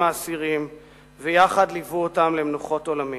האסירים ויחד ליוו אותם למנוחת עולמים.